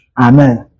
Amen